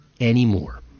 anymore